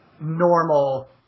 normal